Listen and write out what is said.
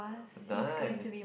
nice